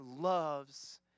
loves